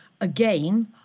again